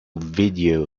video